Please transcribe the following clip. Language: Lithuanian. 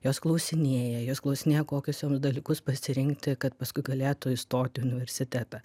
jos klausinėja jos klausinėja kokius joms dalykus pasirinkti kad paskui galėtų įstoti į universitetą